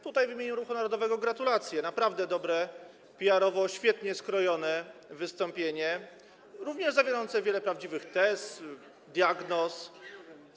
Tutaj w imieniu Ruchu Narodowego gratulacje - naprawdę dobre PR-owo, świetnie skrojone wystąpienie, zawierające również wiele prawdziwych tez, diagnoz.